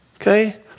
Okay